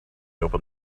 open